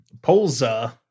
Polza